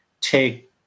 take